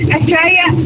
Australia